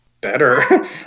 better